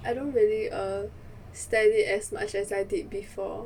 I don't really err studied as much as I did before